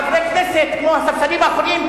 חברי כנסת כמו הספסלים האחוריים,